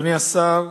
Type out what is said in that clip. אדוני השר,